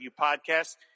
Podcast